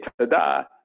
tada